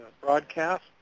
broadcast